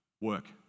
work